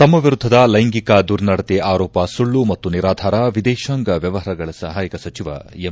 ತಮ್ನ ವಿರುದ್ದದ ಲ್ಲೆಂಗಿಕ ದುರ್ನಡತೆ ಆರೋಪ ಸುಳ್ನು ಮತ್ತು ನಿರಾಧಾರ ವಿದೇಶಾಂಗ ವ್ಲವಹಾರಗಳ ಸಹಾಯಕ ಸಚಿವ ಎಂ